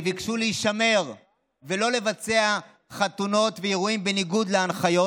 שביקשו להישמר ולא לבצע חתונות ואירועים בניגוד להנחיות.